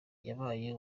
yabaye